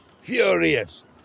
furious